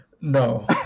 No